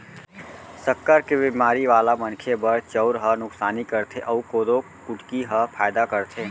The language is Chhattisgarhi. सक्कर के बेमारी वाला मनखे बर चउर ह नुकसानी करथे अउ कोदो कुटकी ह फायदा करथे